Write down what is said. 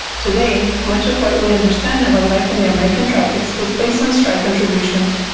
today much of what we understand of life in the american tropics is based on stri's contributions.